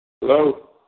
Hello